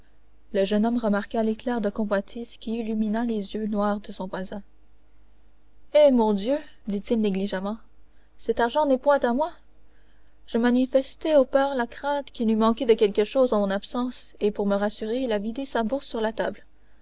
le jeune homme remarqua l'éclair de convoitise qui illumina les yeux noirs de son voisin eh mon dieu dit-il négligemment cet argent n'est point à moi je manifestais au père la crainte qu'il n'eût manqué de quelque chose en mon absence et pour me rassurer il a vidé sa bourse sur la table